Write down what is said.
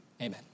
amen